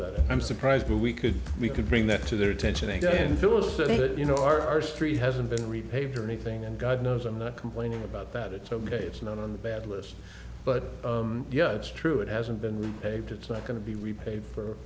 that i'm surprised but we could we could bring that to their attention again felicity but you know our street hasn't been repaved or anything and god knows i'm not complaining about that it's ok it's not on the bad list but yeah it's true it hasn't been paid it's not going to be repaid for